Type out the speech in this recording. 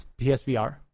PSVR